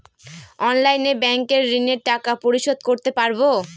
অনলাইনে ব্যাংকের ঋণের টাকা পরিশোধ করতে পারবো?